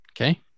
okay